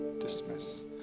dismiss